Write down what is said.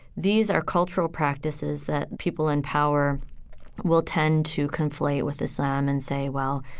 these are cultural practices that people in power will tend to conflate with islam and say, well,